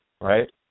right